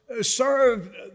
Served